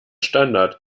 standard